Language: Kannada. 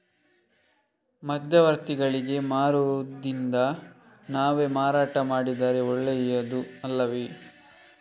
ಮಧ್ಯವರ್ತಿಗಳಿಗೆ ಮಾರುವುದಿಂದ ನಾವೇ ಮಾರಾಟ ಮಾಡಿದರೆ ಒಳ್ಳೆಯದು ಅಲ್ಲವೇ?